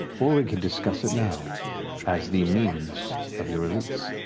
or we can discuss it now as the means of your release.